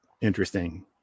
interesting